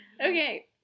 okay